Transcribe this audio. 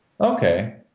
okay